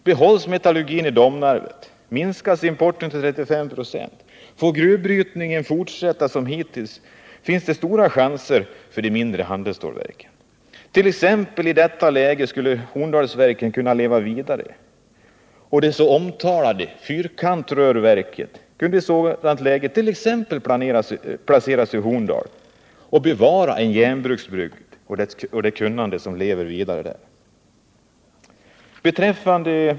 Behålls metallurgin i Domnarvet, minskas importen till 35 96 och får gruvbrytningen fortsätta som hittills, så finns det stora chanser för de mindre handelsstålverken. Så t.ex. skulle Horndalsverken kunna leva vidare. Det omtalade fyrkantrörverket skulle kunna placeras i Horndal, och därmed skulle man kunna bevara det kunnande som finns i denna järnbruksbygd.